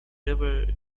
never